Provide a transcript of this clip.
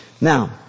Now